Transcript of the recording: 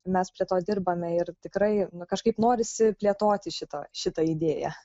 mes prie to dirbame ir tikrai nu kažkaip norisi plėtoti šitą šitą idėją